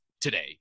today